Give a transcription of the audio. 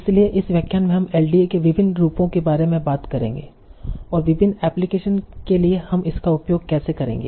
इसलिए इस व्याख्यान में हम एलडीए के विभिन्न रूपों के बारे में बात करेंगे और विभिन्न एप्लीकेशन के लिए हम इसका उपयोग कैसे करेंगे